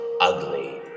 ugly